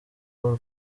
paul